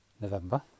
November